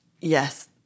yes